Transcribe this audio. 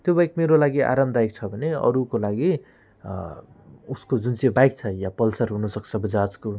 त्यो बाइक मेरो लागि आरामदायक छ भने अरूको लागि उसको जुन चाहिँ बाइक छ या पल्सर हुन सक्छ बजाजको